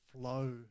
flow